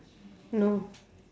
no